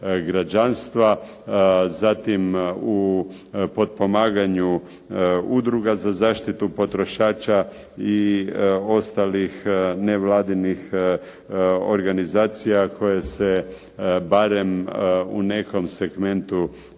građanstva, zatim u potpomaganju udruga za zaštitu potrošača i ostalih nevladinih organizacija koje se barem u nekom segmentu